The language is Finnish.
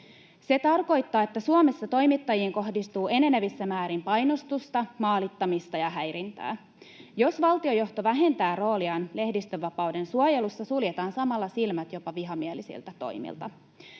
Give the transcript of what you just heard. Se tarkoittaa, että Suomessa toimittajiin kohdistuu enenevissä määrin painostusta, maalittamista ja häirintää. Jos valtiojohto vähentää rooliaan lehdistönvapauden suojelussa, suljetaan samalla silmät jopa vihamielisiltä toimilta.